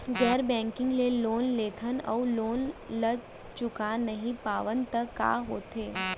गैर बैंकिंग ले लोन लेथन अऊ लोन ल चुका नहीं पावन त का होथे?